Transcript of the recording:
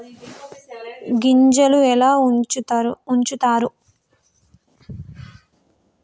గింజలు ఎలా ఉంచుతారు?